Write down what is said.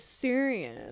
serious